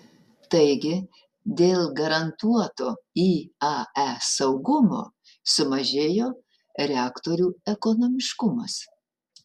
taigi dėl garantuoto iae saugumo sumažėjo reaktorių ekonomiškumas